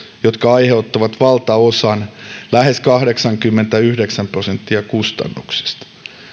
jotka aiheuttavat valtaosan lähes kahdeksankymmentäyhdeksän prosenttia kustannuksista